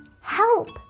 help